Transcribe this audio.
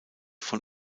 von